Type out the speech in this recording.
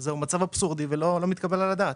זה מצב אבסורדי ולא מתקבל על הדעת.